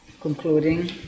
concluding